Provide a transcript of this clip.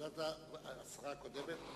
השרה הקודמת,